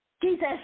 Jesus